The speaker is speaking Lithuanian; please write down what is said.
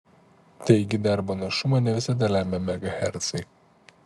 taigi darbo našumą ne visada lemia megahercai